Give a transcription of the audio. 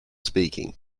speaking